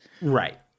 Right